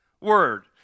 word